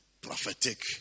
prophetic